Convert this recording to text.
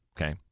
okay